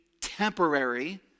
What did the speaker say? temporary